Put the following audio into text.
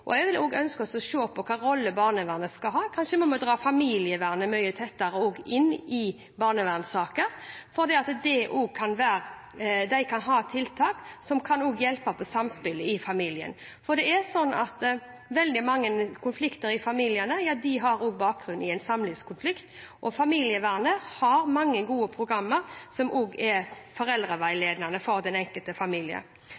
Kanskje må vi trekke familievernet mye tettere inn i barnevernssaker, fordi de også kan ha tiltak som kan hjelpe på samspillet i familien. Veldig mange konflikter i familiene har bakgrunn i en samlivskonflikt, og familievernet har mange gode programmer som også er